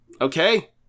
okay